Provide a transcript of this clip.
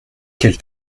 quelle